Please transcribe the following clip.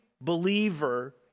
believer